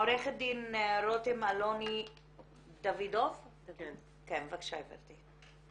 עורכת הדין רותם אלוני דוידוב, בבקשה, גברתי.